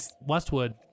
Westwood